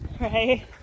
Right